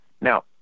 Now